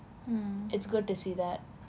it's good to see that